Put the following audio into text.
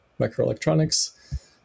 microelectronics